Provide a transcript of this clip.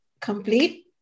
complete